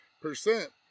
percent